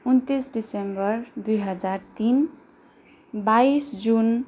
उन्तिस डिसेम्बर दुई हजार तिन बाइस जुन